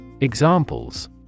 Examples